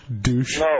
douche